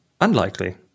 Unlikely